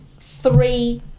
Three